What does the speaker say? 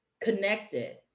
connected